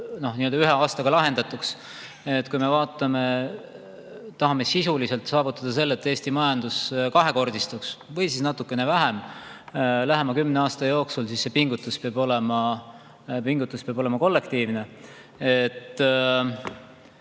ühe aastaga lahendatud. Kui me tahame sisuliselt saavutada selle, et Eesti majandus kahekordistuks või siis [edeneks] natukene vähem lähima kümne aasta jooksul, siis see pingutus peab olema kollektiivne.